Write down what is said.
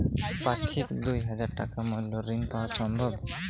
পাক্ষিক দুই হাজার টাকা মূল্যের ঋণ পাওয়া সম্ভব?